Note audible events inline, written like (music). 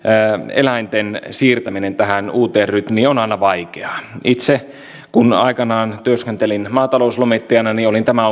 eläinten siirtäminen tähän uuteen rytmiin on aina vaikeaa kun itse aikanaan työskentelin maatalouslomittajana olin tämän (unintelligible)